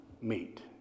meet